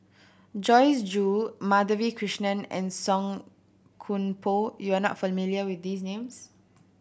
Joyce Jue Madhavi Krishnan and Song Koon Poh you are not familiar with these names